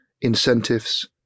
incentives